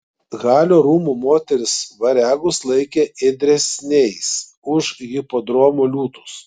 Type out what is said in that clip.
halio rūmų moterys variagus laikė ėdresniais už hipodromo liūtus